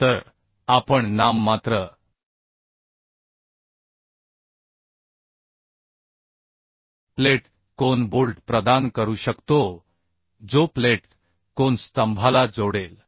तर आपण नाममात्र प्लेट कोन बोल्ट प्रदान करू शकतो जो प्लेट कोन स्तंभाला जोडेल